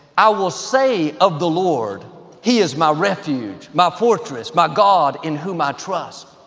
i will say of the lord he is my refuge, my fortress, my god in whom i trust.